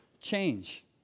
change